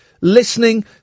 listening